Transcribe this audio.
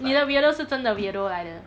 你的 weirdo 是真的 weirdo 来的